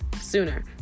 sooner